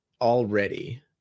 already